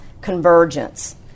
convergence